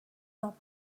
not